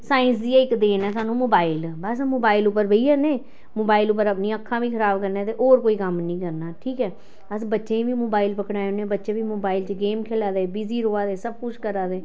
science दी इक देन ऐ सानूं मोबाइल बस मोबाइल उप्पर बेही जन्ने मोबाइल पर अपनियां अक्खां बी खराब करने ते होर कोई कम्म निं करना ठीक ऐ अस बच्चें ई बी मोबाइल पकड़ाई ओड़ने बच्चे बी मोबाइल च गेम खेला दे बिजी र'वा दे सब कुछ करा दे